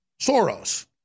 Soros